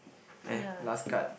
uh last card